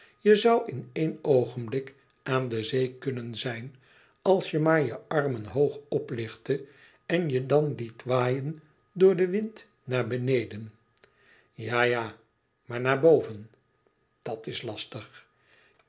je zoû in één oogenblik aan de zee kunnen zijn als je maar je armen hoog oplichtte en je dan liet waaien door den wind naar beneden ja ja maar naar boven dat is lastig